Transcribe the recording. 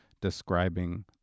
describing